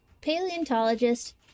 Paleontologist